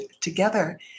together